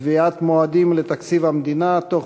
קביעת מועדים להגשת תקציב המדינה תוך